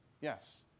Yes